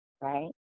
right